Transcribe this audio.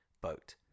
boat